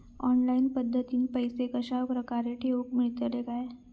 Online पद्धतीन पैसे कश्या प्रकारे ठेऊक मेळतले काय?